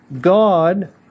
God